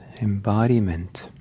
embodiment